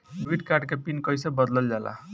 Debit card के pin कईसे बदलल जाला?